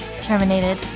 Terminated